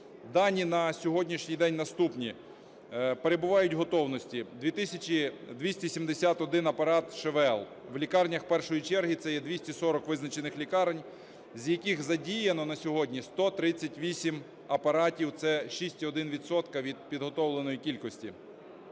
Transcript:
Дані на сьогоднішній день наступні. Перебувають в готовності 2 тисячі 271 апарат ШВЛ в лікарнях першої черги - це є 240 визначених лікарень, - з яких задіяно на сьогодні 138 апаратів, це 6,1 відсотка від підготовленої кількості.